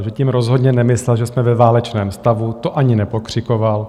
Že tím rozhodně nemyslel, že jsme ve válečném stavu, to ani nepokřikoval.